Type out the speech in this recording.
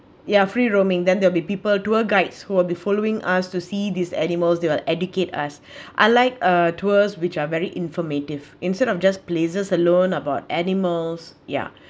ya free roaming then there will be people tour guides who are the following asked to see these animals they will educate us I like uh tours which are very informative instead of just places alone about animals ya